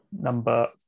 Number